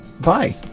bye